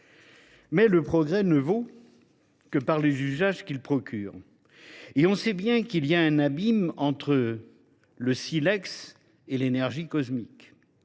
Mais le progrès ne vaut que par les usages qu’il procure. Et on sait bien qu’il y a un abîme entre le silex et l’énergie cosmique.